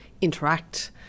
interact